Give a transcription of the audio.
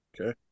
Okay